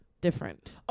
different